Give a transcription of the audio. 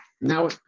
now